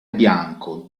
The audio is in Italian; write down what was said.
bianco